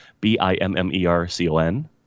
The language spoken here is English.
B-I-M-M-E-R-C-O-N